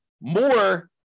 more